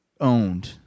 owned